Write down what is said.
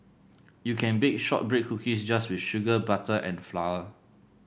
you can bake shortbread cookies just with sugar butter and flour